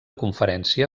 conferència